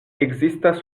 ekzistas